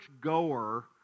goer